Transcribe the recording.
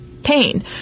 pain